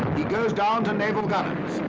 he goes down to naval guns,